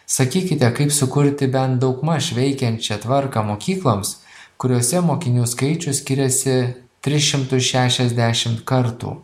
sakykite kaip sukurti bent daugmaž veikiančią tvarką mokykloms kuriose mokinių skaičius skiriasi tris šimtus šešiasdešimt kartų